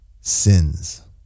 sins